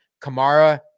Kamara